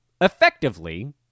effectively